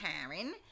Karen